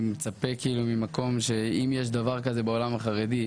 אני מצפה ממקום שאם יש דבר כזה בעולם החרדי,